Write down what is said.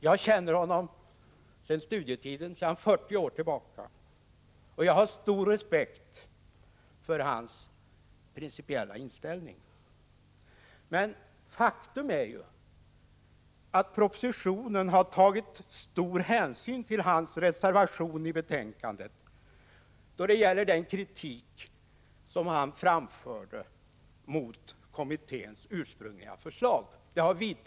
Jag känner honom sedan studietiden, sedan 40 år tillbaka, och jag har stor respekt för hans principiella inställning. Men faktum är att propositionen har tagit stor hänsyn till hans reservation då det gäller den kritik som han framförde mot kommitténs ursprungliga förslag.